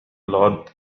الغد